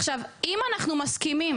עכשיו, אם אנחנו מסכימים